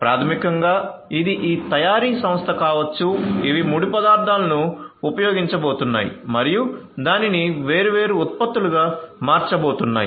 ప్రాథమికంగా ఇది ఈ తయారీ సంస్థ కావచ్చు ఇవి ముడి పదార్థాలను ఉపయోగించబోతున్నాయి మరియు దానిని వేర్వేరు ఉత్పత్తులుగా మార్చబోతున్నాయి